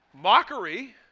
mockery